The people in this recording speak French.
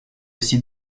aussi